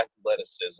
athleticism